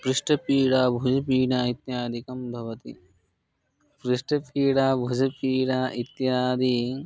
पृष्ठपीडाभुज्पीडा इत्यादिकम् भवति पृष्ठपीडा भुज्पीडा इत्यादि